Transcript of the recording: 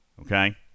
Okay